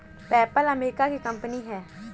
PayPal America की कंपनी है